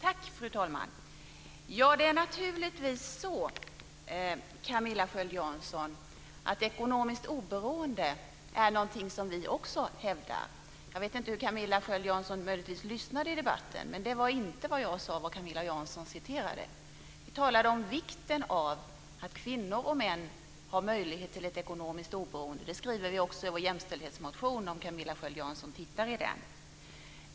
Fru talman! Det är naturligtvis så, Camilla Sköld Jansson, att också vi hävdar ekonomiskt oberoende. Jag vet inte hur Camilla Sköld Jansson lyssnade till debatten, men det Camilla Sköld Jansson refererade var inte det jag sade. Jag talade om vikten av att kvinnor och män har möjlighet till ett ekonomiskt oberoende. Det skriver vi också i vår jämställdhetsmotion, om Camilla Sköld Jansson tittar i den.